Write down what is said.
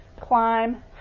climb